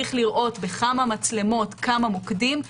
צריך לראות בכמה מצלמות כמה מוקדים,